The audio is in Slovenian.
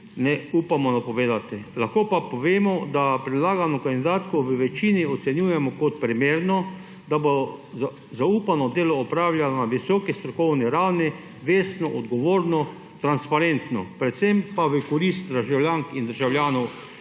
ne upamo napovedati. Lahko pa povemo, da predlagano kandidatko v večini ocenjujemo kot primerno, da bo zaupano delo opravljala na visoki strokovni ravni, vestno, odgovorno, transparentno, predvsem pa v korist državljank in državljanov